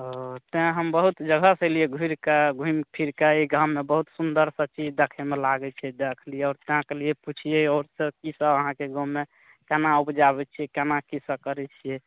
ओऽ तेँ हम बहुत जगहसँ एलियै घुरि कऽ घुमि फिरि कऽ एहि गाममे बहुत सुन्दर सभचीज देखयमे लागै छै देखलियै तेँ कहलियै पुछियै आओरसभ कीसभ अहाँके गाँवमे केना उपजाबै छियै केना कीसभ करै छियै